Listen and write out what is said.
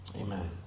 amen